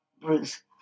Bruce